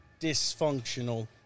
dysfunctional